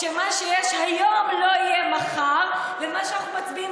שמה שיש היום לא יהיה מחר ומה שאנחנו מצביעים